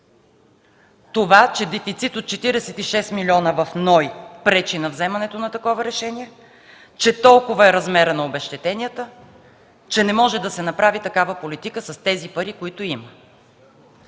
това, че дефицит от 46 милиона в НОИ пречи на вземането на такова решение, че толкова е размерът на обезщетенията, че не може да се направи такава политика с парите, които има.